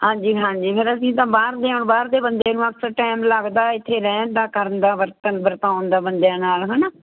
ਹਾਂਜੀ ਹਾਂਜੀ ਫਿਰ ਅਸੀਂ ਤਾਂ ਬਾਹਰ ਦੇ ਹਾਂ ਬਾਹਰ ਦੇ ਬੰਦੇ ਨੂੰ ਅਕਸਰ ਟਾਈਮ ਲੱਗਦਾ ਇੱਥੇ ਰਹਿਣ ਦਾ ਕਰਨ ਦਾ ਵਰਤਣ ਵਰਤਾਉਣ ਦਾ ਬੰਦਿਆਂ ਨਾਲ ਹੈ ਨਾ